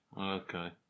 okay